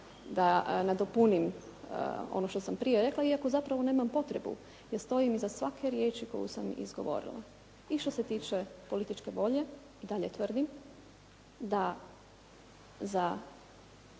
da nadopunim ono što sam prije rekla iako zapravo nemam potrebu jer stojim iza svake riječi koju sam izgovorila. I što se tiče političke volje. Dalje tvrdim da za